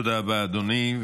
תודה רבה, אדוני.